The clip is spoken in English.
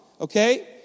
Okay